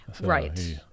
Right